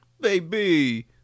Baby